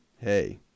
hey